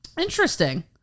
Interesting